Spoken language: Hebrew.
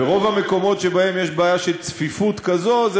ורוב המקומות שבהם יש בעיה של צפיפות כזו אלה